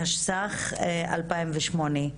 התשס"ח-2008.